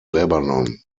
lebanon